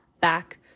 back